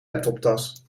laptoptas